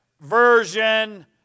version